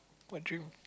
what dream